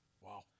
Wow